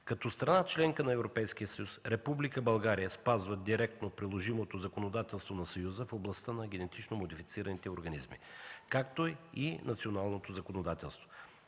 Като страна – членка на Европейския съюз, Република България спазва директно приложимото законодателство на Съюза в областта на генетично модифицираните организми, както и националното законодателство.